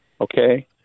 okay